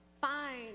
Fine